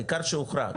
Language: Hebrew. העיקר שהוכרע,